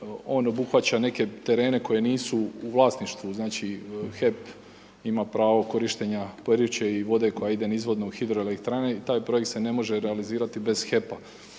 On obuhvaća neke terene koji nisu u vlasništvu znači HEP ima pravo korištenja Peruče i vode koja ide nizvodno u hidroelektranu i taj projekt se ne može realizirati bez HEP-a,